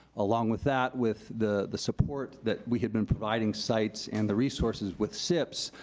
along with that, with the the support that we had been providing sites and the resources with sips,